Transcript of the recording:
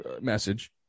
message